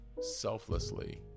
selflessly